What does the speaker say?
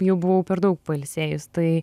jau buvau per daug pailsėjus tai